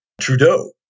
Trudeau